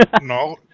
No